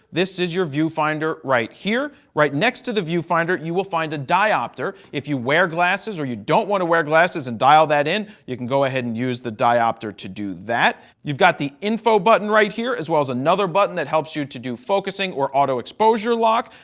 this is your view finder right here. right next to the viewfinder, you will find a diopter. if you wear glasses or you don't want to wear glasses and dial that in, you can go ahead and use the diopter to do that. you've got the info button right here, as well as another button that helps you to do focusing or auto exposure lock.